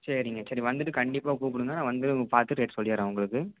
சரிங்க சரிங்க வந்துட்டு கண்டிப்பாக கூப்பிடுங்க நான் வந்து பார்த்துட்டு ரேட் சொல்லிடுறேன் உங்களுக்கு